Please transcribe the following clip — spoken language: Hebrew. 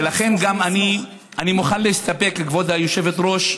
ולכן אני מוכן להסתפק, כבוד היושבת-ראש,